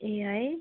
ए है